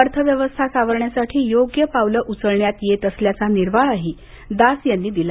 अर्थव्यवस्था सावरण्यासाठी योग्य पावलं उचलण्यात येत असल्याचा निर्वाळाही दास यांनी दिला